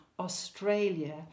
Australia